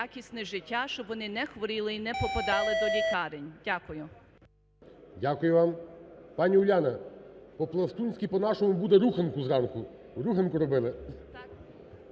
якісне життя, щоб вони не хворіли і не попадали до лікарень. Дякую. ГОЛОВУЮЧИЙ. Дякую вам. Пані Уляна, по-пластунські, по нашому буде "руханку зранку", "руханку робили".